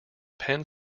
penn